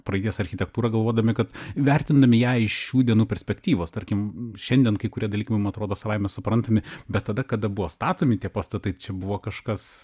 praeities architektūrą galvodami kad vertindami ją iš šių dienų perspektyvos tarkim šiandien kai kurie dalykai mum atrodo savaime suprantami bet tada kada buvo statomi tie pastatai čia buvo kažkas